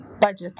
budget